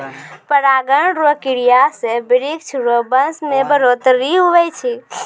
परागण रो क्रिया से वृक्ष रो वंश मे बढ़ौतरी हुवै छै